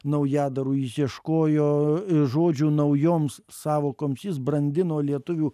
naujadarų jis ieškojo žodžių naujoms sąvokoms jis brandino lietuvių